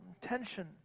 tension